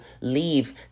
leave